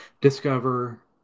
Discover